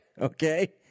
okay